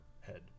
head